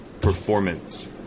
performance